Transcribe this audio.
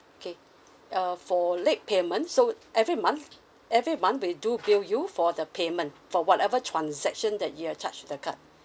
okay uh for late payment so every month every month we do bill you for the payment for whatever transaction that you have charged to the card